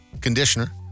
conditioner